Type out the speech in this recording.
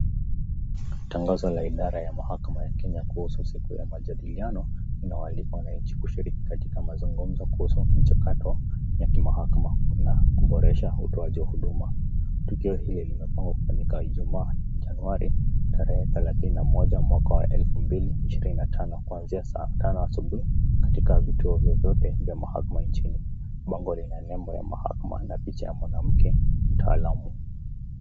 Tangazo la idara ya mahakama ya Kenya kuhusu siku ya majadiliano na wale wananchi kushiriki katika mazungumzo kuhusu mchakato ya kimahakama na kuboresha utoaji wa huduma. Tukio hili limepangwa kufanyika ijumaa Januari tarehe thelathini na moja mwaka wa elfu mbili ishirini na tano(31/01/2025) kwanzia saa tano asubuhi(11.00 A.M) katika vituo vyotevyote vya mahakama nchini. Bango lina picha ya mahakama na ya mwanamke mtaalamu.